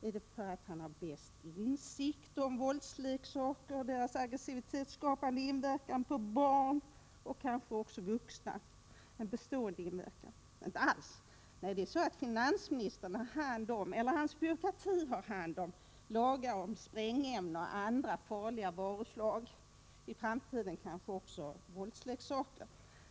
Är det därför att han har den bästa insikten om våldsleksaker och deras aggressivitetsska pande och bestående inverkan på barn, och kanske även på vuxna? Inte alls. Nej, det är så att finansministern — eller hans byråkrati — har hand om frågor som gäller lagar om sprängämnen och andra farliga varuslag, i framtiden kanske också våldsleksaker.